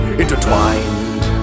intertwined